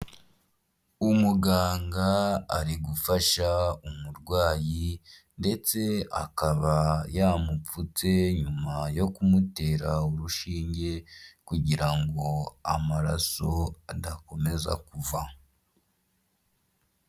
Umuganga ari gufasha umurwayi ndetse akaba yamupfutse nyuma yo kumutera urushinge kugira ngo amaraso adakomeza kuva.